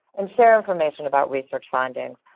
and share information about research findings.